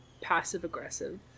passive-aggressive